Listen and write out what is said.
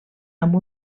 amb